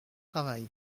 travail